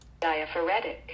diaphoretic